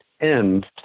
end